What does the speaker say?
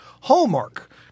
Hallmark